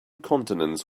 continents